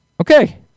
Okay